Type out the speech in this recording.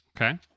okay